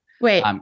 Wait